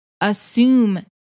Assume